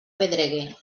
pedregue